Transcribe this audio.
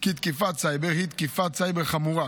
כי תקיפת סייבר היא תקיפת סייבר חמורה,